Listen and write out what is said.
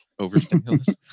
Overstimulus